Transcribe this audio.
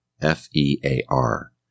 F-E-A-R